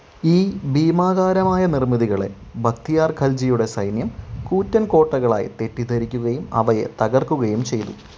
ഈ ഭീമാകാരമായ നിർമ്മിതികളെ ഭക്തിയാർ ഖൽജിയുടെ സൈന്യം കൂറ്റൻ കോട്ടകളായി തെറ്റിദ്ധരിക്കുകയും അവയെ തകർക്കുകയും ചെയ്തു